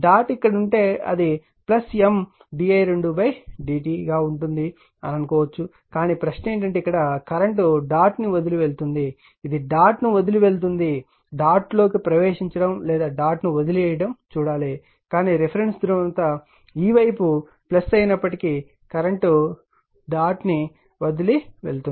dot ఇక్కడ ఉంటే అది M di2dt గా ఉంటుంది అనుకుందాం కాని ప్రశ్న ఏమిటంటే ఇక్కడ కరెంట్ డాట్ ను వదిలి వెళ్తుంది ఇది డాట్ ను వదిలి వెళ్తుంది డాట్ లోకి ప్రవేశించడం లేదా డాట్ ను వదిలివేయడం చూడాలి కానీ రిఫరెన్స్ ధ్రువణత ఈ వైపు అయినప్పటికీ కరెంట్ డాట్ ను వదిలి వెళ్తుంది